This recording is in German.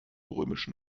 römischen